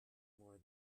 more